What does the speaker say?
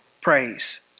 praise